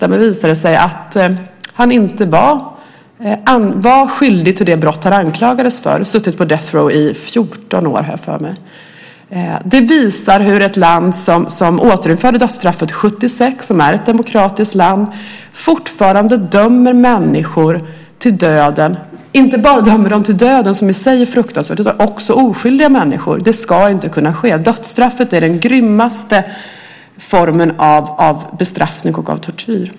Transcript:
Det visade sig att han inte var skyldig till det brott som han anklagades för och hade suttit i Death Row i 14 år, har jag för mig. Det visar hur ett land som återinförde dödsstraffet 1976, och som är ett demokratiskt land, fortfarande dömer människor till döden. Det är inte bara domen i sig som är fruktansvärd, utan man dömer också oskyldiga människor. Det ska inte kunna ske. Dödsstraffet är den grymmaste formen av bestraffning och tortyr.